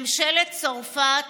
ממשלת צרפת